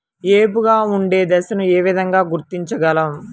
ఏపుగా ఉండే దశను ఏ విధంగా గుర్తించగలం?